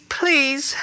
please